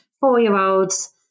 four-year-olds